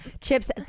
Chips